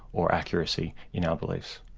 or accuracy, in our beliefs.